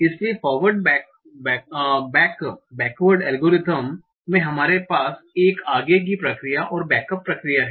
इसलिए forward back backward algorithm में हमारे पास एक आगे की प्रक्रिया और बैकअप प्रक्रिया है